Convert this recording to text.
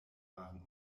waren